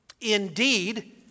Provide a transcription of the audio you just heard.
indeed